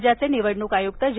राज्य निवडणूक आयुक्त ज